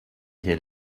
hier